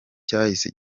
cyahise